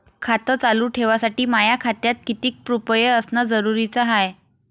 खातं चालू ठेवासाठी माया खात्यात कितीक रुपये असनं जरुरीच हाय?